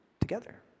together